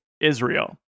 Israel